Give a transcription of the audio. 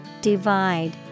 Divide